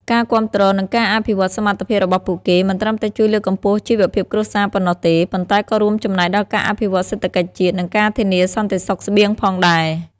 ការគាំទ្រ និងការអភិវឌ្ឍសមត្ថភាពរបស់ពួកគេ មិនត្រឹមតែជួយលើកកម្ពស់ជីវភាពគ្រួសារប៉ុណ្ណោះទេ ប៉ុន្តែក៏រួមចំណែកដល់ការអភិវឌ្ឍសេដ្ឋកិច្ចជាតិ និងការធានាសន្តិសុខស្បៀងផងដែរ។